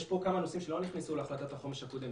יש פה כמה נושאים שלא נכנסו להחלטת החומש הקודמת,